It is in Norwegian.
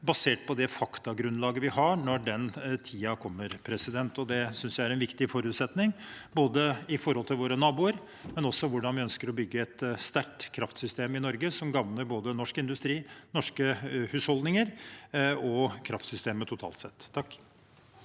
gjør, på det faktagrunnlaget vi har når den tiden kommer. Det synes jeg er en viktig forutsetning både i forhold til våre naboer og i forhold til hvordan vi ønsker å bygge et sterkt kraftsystem i Norge, som gagner både norsk industri, norske husholdninger og kraftsystemet totalt sett. Ola